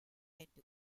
into